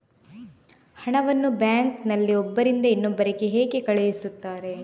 ಹಣವನ್ನು ಬ್ಯಾಂಕ್ ನಲ್ಲಿ ಒಬ್ಬರಿಂದ ಇನ್ನೊಬ್ಬರಿಗೆ ಹೇಗೆ ಕಳುಹಿಸುತ್ತಾರೆ?